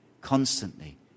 constantly